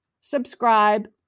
subscribe